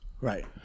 right